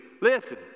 Listen